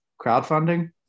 crowdfunding